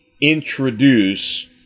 introduce